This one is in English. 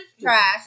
trash